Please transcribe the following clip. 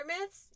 myths